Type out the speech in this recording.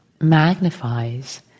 magnifies